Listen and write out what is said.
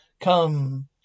Come